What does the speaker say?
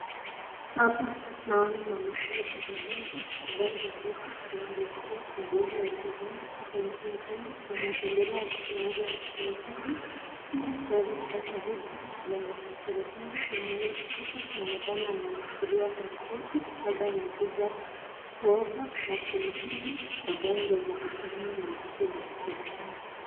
Hapa naona Mama Aida Odinga ambaye ni bibi aliyekuwa kiongozi wa upizani hapa nchini Kenya na ametembelea ofisi moja ya kiserikali ili kupata huduma za kiserikali, na hapa inaonekana anachukuliwa pasipoti labda amekuja kuomba hatimu hiyo ambayo huwa inapatiwanwa na ofisi za kiserikali.